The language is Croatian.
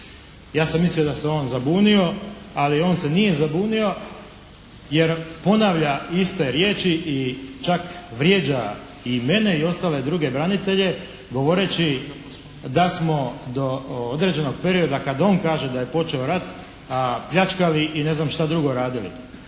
Ja sam mislio da se on zabunio, ali on se nije zabunio jer ponavlja iste riječi i čak vrijeđa i mene i ostale druge branitelje govoreći da smo do određenog perioda kad on kaže da je počeo rat, pljačkali i ne znam šta drugo radili.